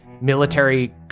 military